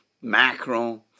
Macron